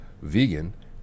vegan